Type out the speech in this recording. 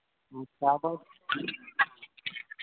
ᱞᱟᱦᱟ ᱠᱷᱚᱱ